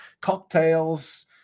cocktails